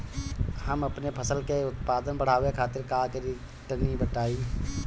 हम अपने फसल के उत्पादन बड़ावे खातिर का करी टनी बताई?